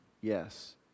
yes